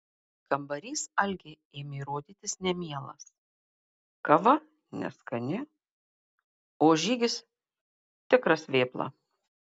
kambarys algei ėmė rodytis nemielas kava neskani o žygis tikras vėpla